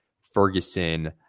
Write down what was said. Ferguson